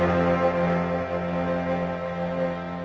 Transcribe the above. and